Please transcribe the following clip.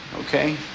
Okay